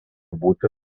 būti